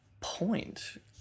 point